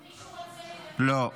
לא.